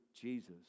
jesus